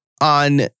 on